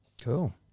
Cool